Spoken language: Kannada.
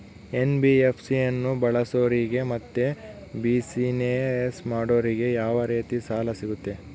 ಎನ್.ಬಿ.ಎಫ್.ಸಿ ಅನ್ನು ಬಳಸೋರಿಗೆ ಮತ್ತೆ ಬಿಸಿನೆಸ್ ಮಾಡೋರಿಗೆ ಯಾವ ರೇತಿ ಸಾಲ ಸಿಗುತ್ತೆ?